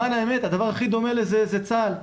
למען האמת, הדבר הכי דומה לזה זה צה"ל.